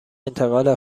انتقال